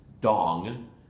dong